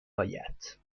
آید